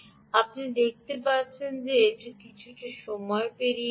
আপনি দেখতে পাচ্ছেন এটি কিছুটা পরিসীমা পেরিয়ে গেছে